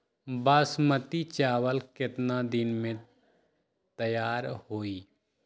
बासमती चावल केतना दिन में तयार होई?